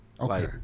Okay